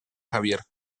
javier